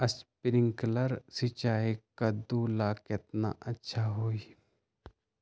Sprinkler सिंचाई कददु ला केतना अच्छा होई?